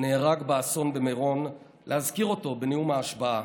שנהרג באסון במירון, להזכיר אותו בנאום ההשבעה.